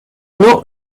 not